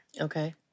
Okay